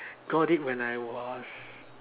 got it when I was